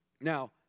Now